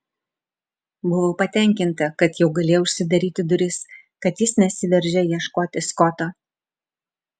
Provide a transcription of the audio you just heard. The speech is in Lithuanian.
buvau patenkinta kad jau galėjau užsidaryti duris kad jis nesiveržė ieškoti skoto